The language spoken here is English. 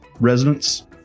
residents